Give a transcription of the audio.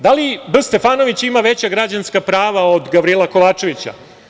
Da li je B. Stefanović ima veća građanska prava od Gavrila Kovačevića?